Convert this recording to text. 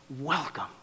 welcome